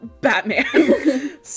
batman